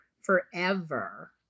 forever